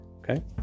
Okay